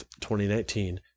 2019